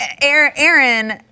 Aaron